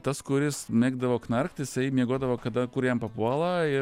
tas kuris mėgdavo knarkt jisai miegodavo kada kur jam papuola ir